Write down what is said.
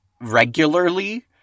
regularly